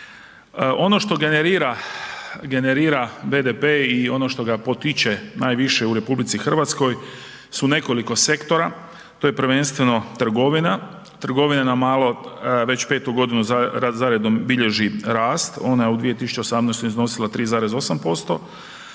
generira, generira BDP i ono što ga potiče najviše u RH su nekoliko sektora, to je prvenstveno trgovina, trgovina na malo već 5 godinu za redom bilježi rast, ona je u 2018. iznosila 3,8%,